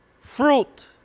fruit